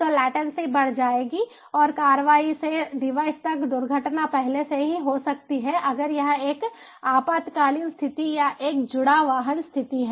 तो लेटन्सी बढ़ जाएगी और कार्रवाई से डिवाइस तक दुर्घटना पहले से ही हो सकती है अगर यह एक आपातकालीन स्थिति या एक जुड़ा वाहन स्थिति है